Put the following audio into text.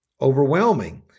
overwhelming